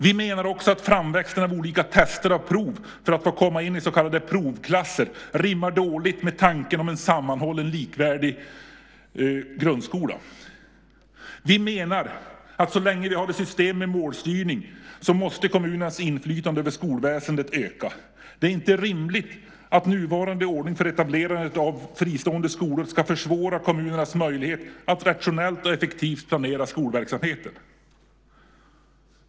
Vi menar också att framväxten av olika test och prov för att få komma in i så kallade provklasser rimmar dåligt med tanken om en sammanhållen, likvärdig grundskola. Vi menar att så länge vi har ett system med målstyrning måste kommunernas inflytande över skolväsendet öka. Det är inte rimligt att nuvarande ordning för etablerandet av fristående skolor ska försvåra kommunernas möjlighet att rationellt och effektivt planera skolverksamheten.